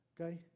okay